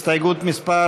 הסתייגות מס'